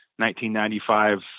1995